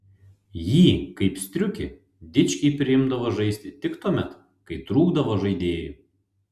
jį kaip striukį dičkiai priimdavo žaisti tik tuomet kai trūkdavo žaidėjų